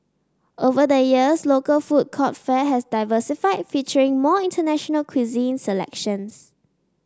over the years local food court fare has diversified featuring more international cuisine selections